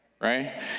right